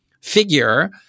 figure